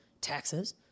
Taxes